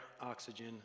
oxygen